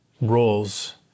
roles